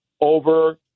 over